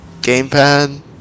gamepad